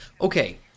Okay